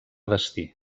destí